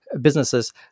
businesses